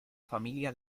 familia